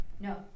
No